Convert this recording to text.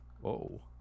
Whoa